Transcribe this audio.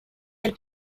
del